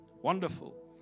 Wonderful